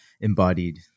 embodied